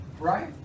Right